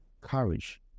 courage